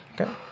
Okay